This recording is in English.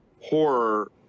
horror